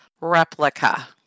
replica